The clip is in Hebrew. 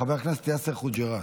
חבר הכנסת יאסר חוג'יראת.